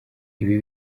ibi